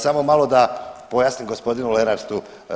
Samo malo da pojasnim gospodinu Lenartu.